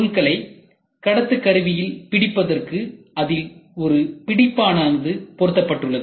பொருட்களை கடத்துக்கருவியில் பிடிப்பதற்கு அதில் ஒரு பிடிப்பானது பொருத்தப்பட்டுள்ளது